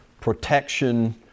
protection